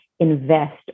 invest